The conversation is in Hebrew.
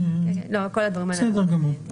את כל הדברים האלה נעשה כמובן.